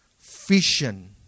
vision